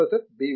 professor B